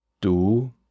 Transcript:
Du